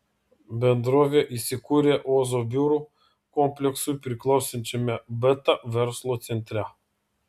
bendrovė įsikūrė ozo biurų kompleksui priklausančiame beta verslo centre